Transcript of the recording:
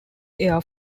air